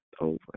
over